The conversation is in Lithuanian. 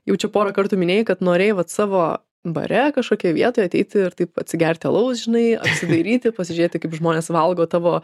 jau čia porą kartų minėjai kad norėjai vat savo bare kažkokioj vietoj ateiti ir taip atsigerti alaus žinai apsidairyti pasižiūrėti kaip žmonės valgo tavo